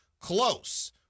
close